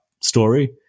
story